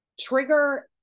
trigger